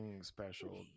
special